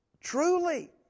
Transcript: Truly